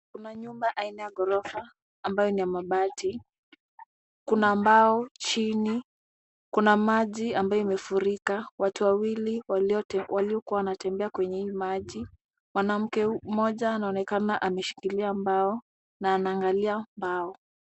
Kuna nyumba aina ya ghorofa ambayo ni ya mabati. Kuna ambao chini, kuna maji ambayo imefurika, watu wawili waliokuwa wanatembea kwenye hii maji. Mwanamke mmoja anaonekana ameshikilia mbao na anaangalia mbao.